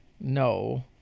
No